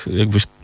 jakbyś